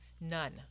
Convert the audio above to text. None